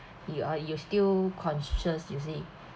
you are you still conscious you see